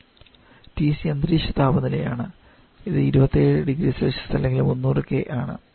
Tc അന്തരീക്ഷ താപനിലയാണ് ആണ് അത് 27 0C അല്ലെങ്കിൽ 300 K ആണ്